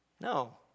No